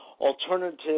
Alternative